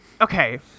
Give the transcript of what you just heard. Okay